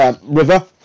River